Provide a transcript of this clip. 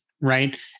right